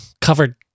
covered